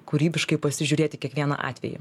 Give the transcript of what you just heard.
kūrybiškai pasižiūrėt į kiekvieną atvejį